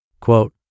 Quote